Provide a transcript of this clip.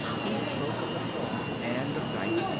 he spoke of the farm and of dike,